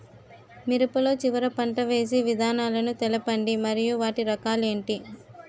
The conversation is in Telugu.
మిరప లో చివర పంట వేసి విధానాలను తెలపండి మరియు వాటి రకాలు ఏంటి